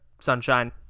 sunshine